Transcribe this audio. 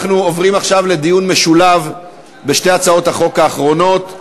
אנחנו עוברים עכשיו לדיון משולב בשתי הצעות החוק האחרונות: